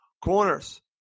Corners